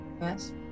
Yes